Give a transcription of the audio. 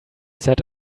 said